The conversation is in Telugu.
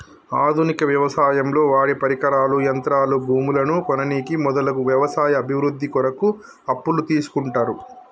ఆధునిక వ్యవసాయంలో వాడేపరికరాలు, యంత్రాలు, భూములను కొననీకి మొదలగు వ్యవసాయ అభివృద్ధి కొరకు అప్పులు తీస్కుంటరు